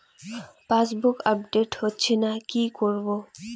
Passbook update হচ্ছেনা কি করবো?